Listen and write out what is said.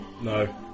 no